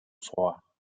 vor